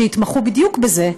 שיתמחו בדיוק בזה,